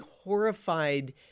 horrified